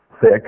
thick